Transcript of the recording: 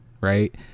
right